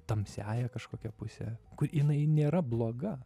tamsiąja kažkokia puse kur jinai nėra bloga